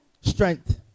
Strength